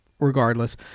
Regardless